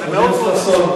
חבר כנסת חסון,